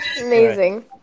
Amazing